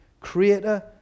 creator